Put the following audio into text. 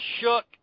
shook